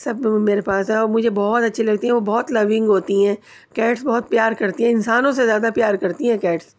سب میرے پاس ہیں اور مجھے بہت اچھی لگتی ہیں وہ بہت لونگ ہوتی ہیں کیٹس بہت پیار کرتی ہیں انسانوں سے زیادہ پیار کرتی ہیں کیٹس